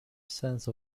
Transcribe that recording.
sense